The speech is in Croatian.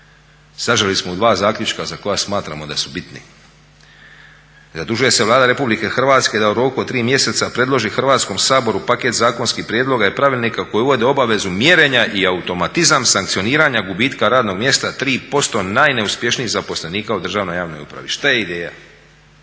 saželi smo u dva zaključka za koja smatramo da su bitni. Zadužuje se Vlada Republike Hrvatske da u roku od 3 mjeseca predloži Hrvatskom saboru paket zakonskim prijedloga i pravilnika koje uvode obavezu mjerenja i automatizam sankcioniranja gubitka radnog mjesta 3% najneuspješnijih zaposlenika u državnoj javnoj upravi. Šta je ideja?